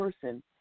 person